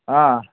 ಆಂ